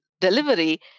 delivery